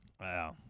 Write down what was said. Wow